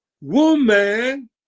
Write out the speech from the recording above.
woman